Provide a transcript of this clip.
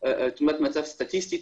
תמונת מצב סטטיסטית.